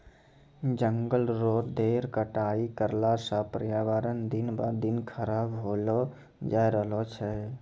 जंगल रो ढेर कटाई करला सॅ पर्यावरण दिन ब दिन खराब होलो जाय रहलो छै